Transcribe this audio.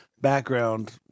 Background